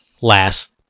last